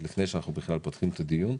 לפני פתיחת הדיון,